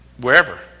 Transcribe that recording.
wherever